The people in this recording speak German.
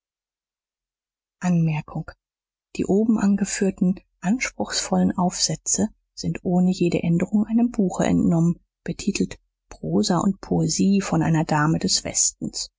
anmerkung die oben angeführten anspruchsvollen aufsätze sind ohne jede änderung einem buche entnommen betitelt prosa und poesie von einer dame des westens